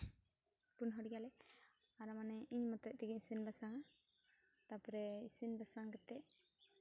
ᱯᱩᱱ ᱦᱚᱲ ᱜᱮᱭᱟᱞᱮ ᱟᱨ ᱢᱟᱱᱮ ᱤᱧ ᱢᱚᱛᱚᱡ ᱛᱮᱜᱮ ᱤᱥᱤᱱ ᱵᱟᱥᱟᱝᱟ ᱛᱟᱨᱯᱚᱨᱮ ᱤᱥᱤᱱ ᱵᱟᱥᱟᱝ ᱠᱟᱛᱮ